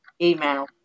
email